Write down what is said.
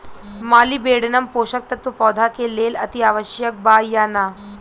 Molybdenum पोषक तत्व पौधा के लेल अतिआवश्यक बा या न?